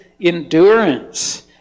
endurance